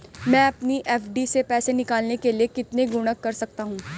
मैं अपनी एफ.डी से पैसे निकालने के लिए कितने गुणक कर सकता हूँ?